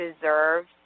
deserve